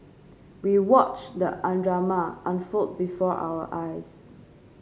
we watched the drama unfold before our eyes